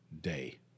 day